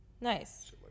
Nice